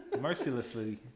Mercilessly